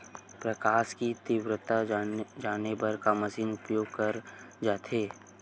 प्रकाश कि तीव्रता जाने बर का मशीन उपयोग करे जाथे?